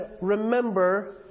remember